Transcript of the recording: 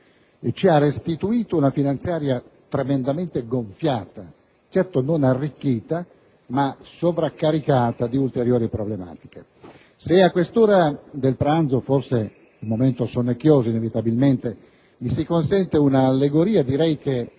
ci ha restituito una manovra tremendamente gonfiata, certo non arricchita, ma sovraccaricata di ulteriori problematiche. Se a quest'ora del pranzo - un momento inevitabilmente sonnecchioso - mi si consentisse un'allegoria, direi che